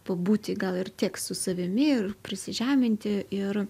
pabūti gal ir tiek su savimi ir prisižeminti ir